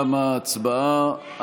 תמה ההצבעה.